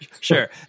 Sure